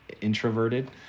introverted